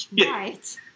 right